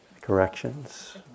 corrections